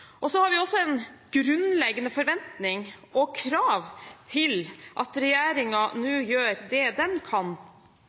har også en grunnleggende forventning og krav til at regjeringen nå gjør det den kan